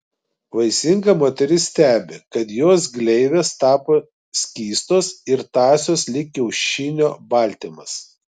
vaisinga moteris stebi kad jos gleivės tapo skystos ir tąsios lyg kiaušinio baltymas